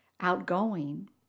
outgoing